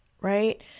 Right